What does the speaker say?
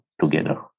together